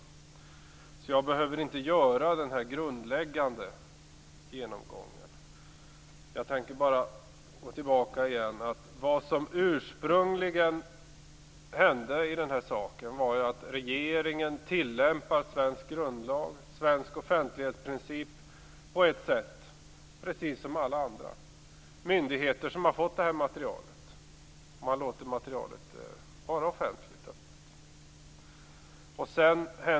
Jag behöver därför inte göra en grundläggande genomgång. Jag vill bara gå tillbaka till vad som ursprungligen hänt i den här frågan. Regeringen har tillämpat svensk grundlag och offentlighetsprincip på precis samma sätt som alla myndigheter som har fått det här materialet och låtit det vara offentligt.